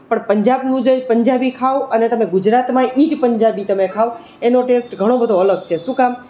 પણ પંજાબનું જે પંજાબી ખાવ અને તમે ગુજરાતમાં એ જ પંજાબી તમે ખાવ એનો ટેસ્ટ ઘણો બધો અલગ છે શું કામ